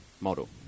model